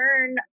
learn